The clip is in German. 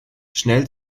schnell